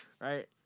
right